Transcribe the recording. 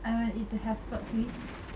I want it to have plot twist